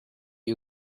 you